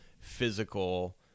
physical